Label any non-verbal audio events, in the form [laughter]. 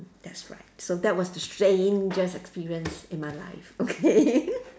that's right so that was the strangest experienced in my life okay [laughs]